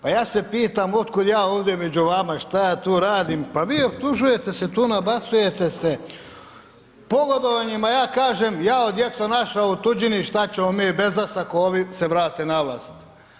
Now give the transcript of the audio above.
Pa ja se pitam otkud ja ovdje među vama, što ja tu radim, pa vi optužujete, se tu nabacujete se, pogodovanjima, a ja kažem, jao djeco naša u tuđini, što ćemo mi bez vas, ako ovi se vrate na vas.